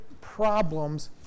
problems